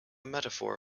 metaphor